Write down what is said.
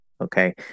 okay